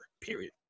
period